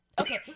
Okay